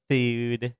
Food